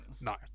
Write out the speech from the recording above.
No